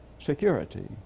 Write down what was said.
security